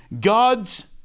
God's